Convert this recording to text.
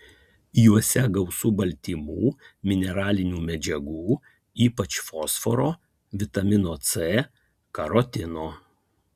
juose gausu baltymų mineralinių medžiagų ypač fosforo vitamino c karotino